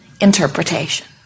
interpretation